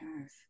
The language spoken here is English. Yes